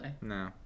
No